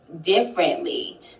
differently